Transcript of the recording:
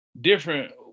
different